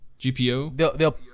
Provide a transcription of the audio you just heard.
GPO